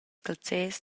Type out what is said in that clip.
calzers